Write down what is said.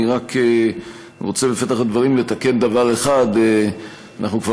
אני רק רוצה בפתח הדברים לתקן דבר אחד: אנחנו כבר